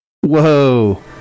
Whoa